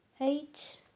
eight